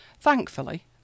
thankfully